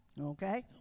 okay